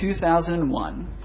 2001